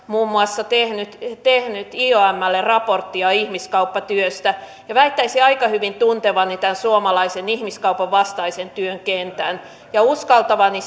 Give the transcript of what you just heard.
muun muassa tehnyt tehnyt iomlle raporttia ihmiskauppatyöstä väittäisin aika hyvin tuntevani tämän suomalaisen ihmiskaupan vastaisen työn kentän ja uskaltavani